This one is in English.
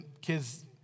kids